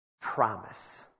Promise